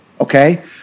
Okay